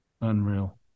Unreal